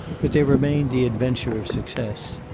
but there remained the adventure of success.